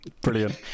Brilliant